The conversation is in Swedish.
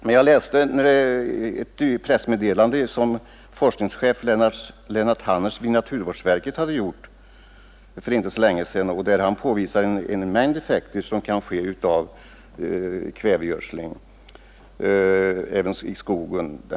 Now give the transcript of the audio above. Men jag läste i en tidningsartikel ett uttalande som forskningschefen 13 april 1972 Lennart Hannerz vid naturvårdsverket hade gjort för inte så länge sedan och där han påvisade en mängd effekter som kan uppkomma genom kvävegödsling även i skogen.